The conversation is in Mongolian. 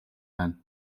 байна